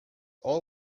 all